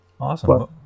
Awesome